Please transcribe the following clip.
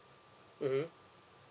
mmhmm